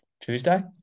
Tuesday